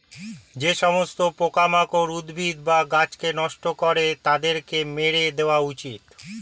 যে সমস্ত পোকামাকড় উদ্ভিদ বা গাছকে নষ্ট করে তাদেরকে মেরে দেওয়া উচিত